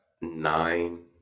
nine